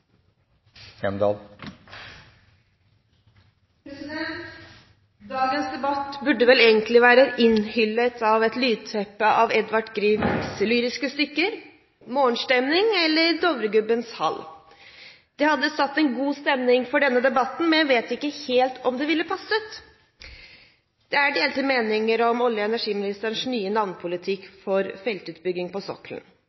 regionane. Dagens debatt burde vel egentlig være innhyllet i et lydteppe av Edvard Griegs «Lyriske stykker», «Morgenstemning» eller «I Dovregubbens hall». Det hadde satt en god stemning for denne debatten, men jeg vet ikke helt om det ville passet. Det er delte meninger om olje- og energiministerens nye